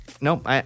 Nope